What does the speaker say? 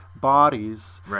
bodies